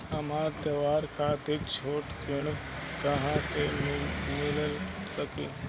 हमरा त्योहार खातिर छोट ऋण कहाँ से मिल सकता?